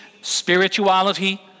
spirituality